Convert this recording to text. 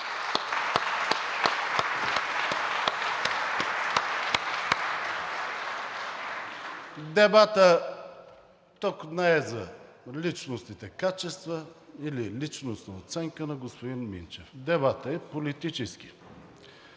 Дебатът тук не е за личностните качества или личностна оценка на господин Минчев, дебатът е политически.